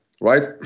right